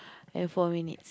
and four minutes